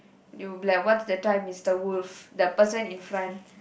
you be like what is the time is the wolf the person in front